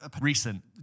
Recent